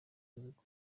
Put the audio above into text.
tugomba